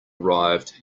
arrived